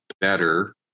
better